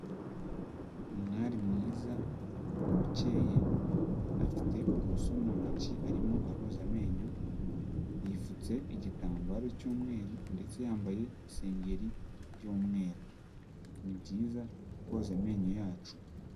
Umwari mwiza ukeye afite uburoso mu ntoki arimo aroza amenyo, yipfutse igitambaro cy'umweru ndetse yambaye isengeri y'umweru, ni byiza koza amenyo yacu.